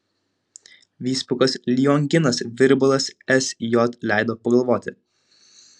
vyskupas lionginas virbalas sj leido pagalvoti